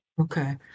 Okay